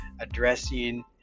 addressing